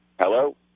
Hello